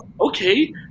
Okay